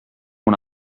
una